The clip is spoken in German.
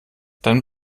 dann